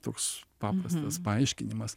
toks paprastas paaiškinimas